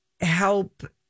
help